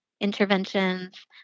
interventions